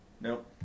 Nope